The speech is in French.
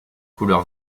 couleur